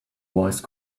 voice